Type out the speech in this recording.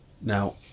Now